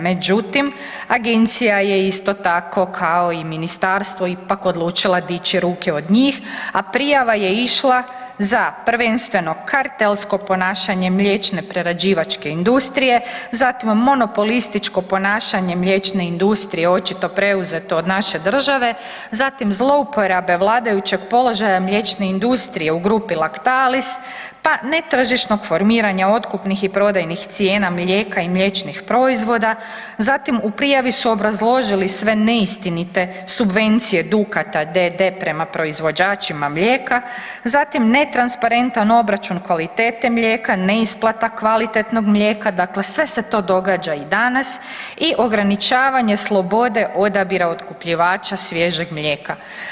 Međutim, Agencija je isto tako, kao i ministarstvo ipak odlučila dići ruke od njih, a prijava je išla za prvenstveno kartelsko ponašanje mliječne prerađivačke industrije, zatim monopolističko ponašanje mliječne industrije, očito preuzeto od naše države, zatim zlouporabe vladajućeg položaja mliječne industrije u grupi Lactalis, pa netržišnog formiranja otkupnih i prodajnih cijena mlijeka i mliječnih proizvoda, zatim u prijavi su obrazložili sve neistine subvencije Dukata d.d. prema proizvođačima mlijeka, zatim netransparentan obračun kvalitete mlijeka, neisplata kvalitetnog mlijeka, dakle sve se to događa i danas i ograničavanje slobode odabira otkupljivača svježeg mlijeka.